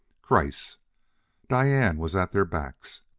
kreiss diane was at their backs.